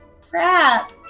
Crap